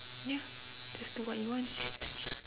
ya just do what he wants